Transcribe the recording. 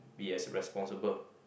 be as responsible